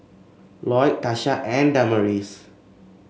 Loyd Tasha and Damaris